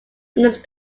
its